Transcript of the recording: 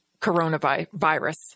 coronavirus